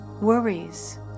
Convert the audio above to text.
worries